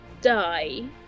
die